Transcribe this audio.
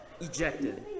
Ejected